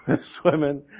swimming